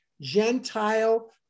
Gentile